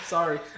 Sorry